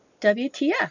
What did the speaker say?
WTF